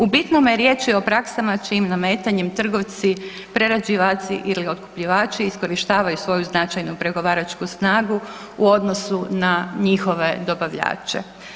U bitnome riječ je o praksama čijim nametanjem trgovci, prerađivači ili otkupljivači iskorištavaju svoju značajno pregovaračku snagu u odnosu na njihove dobavljače.